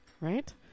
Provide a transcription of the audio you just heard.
Right